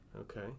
Okay